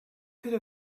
could